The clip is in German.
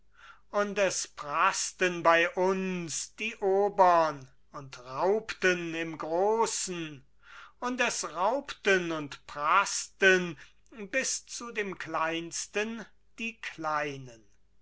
und es praßten bei uns die obern und raubten im großen und es raubten und praßten bis zu dem kleinsten die kleinen